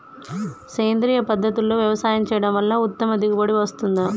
సేంద్రీయ పద్ధతుల్లో వ్యవసాయం చేయడం వల్ల ఉత్తమ దిగుబడి వస్తుందా?